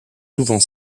souvent